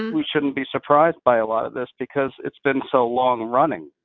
we shouldn't be surprised by a lot of this because it's been so long-running.